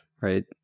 right